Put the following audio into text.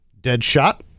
Deadshot